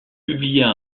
publia